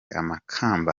amakamba